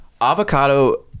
Avocado